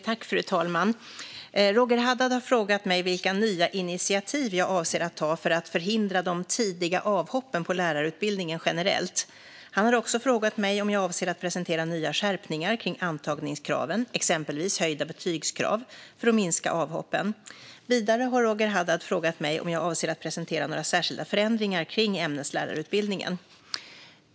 Fru talman! har frågat mig vilka nya initiativ jag avser att ta för att förhindra de tidiga avhoppen på lärarutbildningen generellt. Han har också frågat mig om jag avser att presentera nya skärpningar kring antagningskraven, exempelvis höjda betygskrav, för att minska avhoppen. Vidare har Roger Haddad frågat mig om jag avser att presentera några särskilda förändringar kring ämneslärarutbildningen.